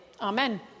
Amen